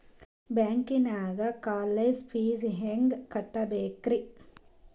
ಬ್ಯಾಂಕ್ದಾಗ college fees ಹೆಂಗ್ ಕಟ್ಟ್ಬೇಕ್ರಿ?